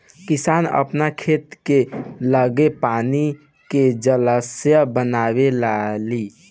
किसान आपन खेत के लगे पानी के जलाशय बनवे लालो